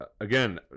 again